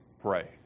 pray